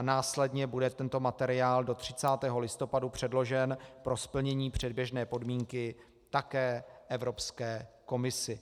Následně bude tento materiál do 30. listopadu předložen pro splnění předběžné podmínky také Evropské komisi.